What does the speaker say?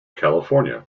california